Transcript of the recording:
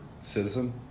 Citizen